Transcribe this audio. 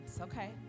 okay